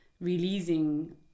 releasing